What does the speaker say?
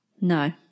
no